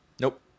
Nope